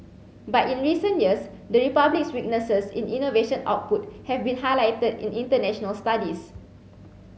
but in recent years the Republic's weaknesses in innovation output have been highlighted in international studies